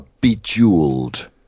Bejeweled